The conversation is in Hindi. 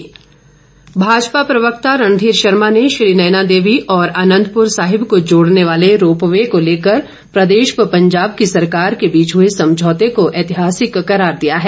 रणघीर शर्मा भाजपा प्रवक्ता रणधीर शर्मा ने श्री नैना देवी और आनंदपुर साहिब को जोड़ने वाले रोपवे को लेकर प्रदेश व पंजाब की सरकार के बीच हुए समझौते को ऐतिहासिक करार दिया है